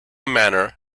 manner